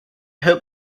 hope